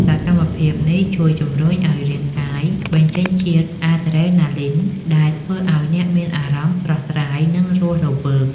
សកម្មភាពនេះជួយជម្រុញឱ្យរាងកាយបញ្ចេញជាតិអាដ្រេណាលីន ដែលធ្វើឱ្យអ្នកមានអារម្មណ៍ស្រស់ស្រាយ និងរស់រវើក។